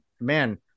man